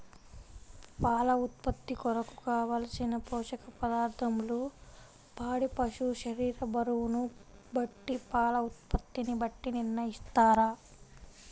పాల ఉత్పత్తి కొరకు, కావలసిన పోషక పదార్ధములను పాడి పశువు శరీర బరువును బట్టి పాల ఉత్పత్తిని బట్టి నిర్ణయిస్తారా?